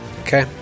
Okay